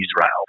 Israel